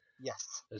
Yes